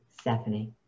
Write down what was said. Stephanie